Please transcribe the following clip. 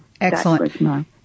Excellent